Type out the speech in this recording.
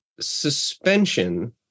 suspension